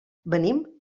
venim